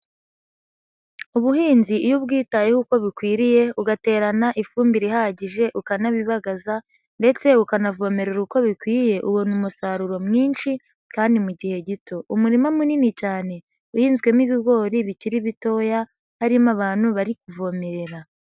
Ubuhinzi iyo ubyitayeho uko bikwiriye ugaterana ifumbire ihagije ukanabibagaza ndetse ukanavomerera uko bikwiye ubona umusaruro mwinshi kandi mu gihe gito. Umurima munini cyane uhinzwemo ibigori bikiri bitoya harimo abantu bari kuvomerera.